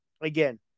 again